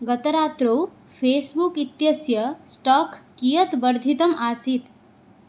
गतरात्रौ फ़ेस्बुक् इत्यस्य स्टाक् कियत् वर्धितम् आसीत्